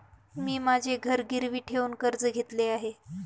मी माझे घर गिरवी ठेवून कर्ज घेतले आहे